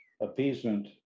appeasement